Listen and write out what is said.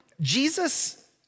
Jesus